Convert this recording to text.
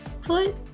Foot